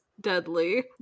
Deadly